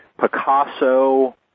picasso